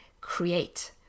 create